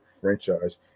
franchise